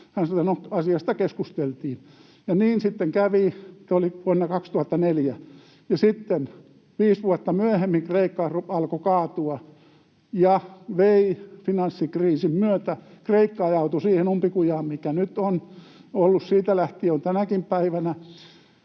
Hän sanoi, että no, asiasta keskusteltiin. Se oli vuonna 2004. Sitten viisi vuotta myöhemmin Kreikka alkoi kaatua, ja finanssikriisin myötä Kreikka ajautui siihen umpikujaan, mikä nyt on ollut siitä lähtien ja on tänäkin päivänä.